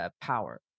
power